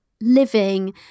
living